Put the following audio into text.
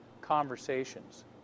conversations